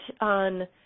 on